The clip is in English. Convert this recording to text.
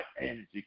energy